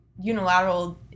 unilateral